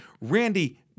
Randy